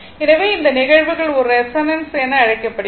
எனவே இந்த நிகழ்வுகள் ஒரு ரெசோனன்ஸ் என அழைக்கப்படுகிறது